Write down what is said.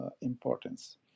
importance